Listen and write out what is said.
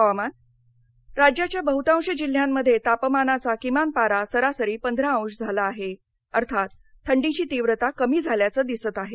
हवामान राज्याच्या बहुतांश जिल्यांरममध्ये तापमानाचा किमान पारा सरासरी पंधरा अंश झाला आहे अर्थात थंडीची तीव्रता कमी झाल्याचं दिसत आहे